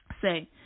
Say